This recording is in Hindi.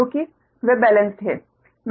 क्योंकि वे बेलेंस्ड हैं